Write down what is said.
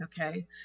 Okay